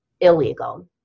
illegal